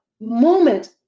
moment